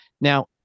Now